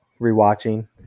rewatching